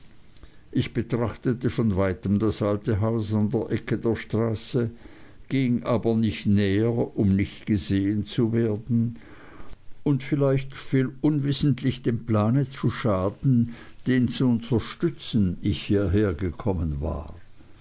ich betrachtete von weitem das alte haus an der ecke der straße ging aber nicht näher um nicht gesehen zu werden und vielleicht unwissentlich dem plane zu schaden den zu unterstützen ich hierher gekommen war